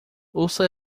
ouça